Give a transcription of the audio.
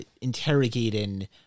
interrogating